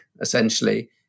essentially